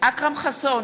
אכרם חסון,